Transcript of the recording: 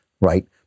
right